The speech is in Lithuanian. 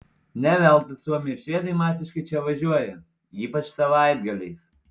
ne veltui suomiai ir švedai masiškai čia važiuoja ypač savaitgaliais